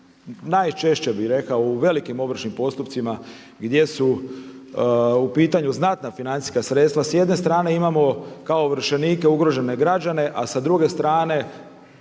najčešće bih rekao u velikim ovršnim postupcima gdje su u pitanju znatna financijska sredstva s jedne strane imamo kao ovršenike ugrožene građane, a sa druge strane